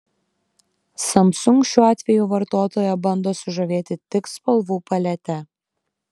samsung šiuo atveju vartotoją bando sužavėti tik spalvų palete